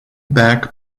back